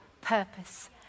purpose